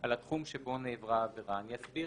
על התחום שבו נעברה העבירה." אני אסביר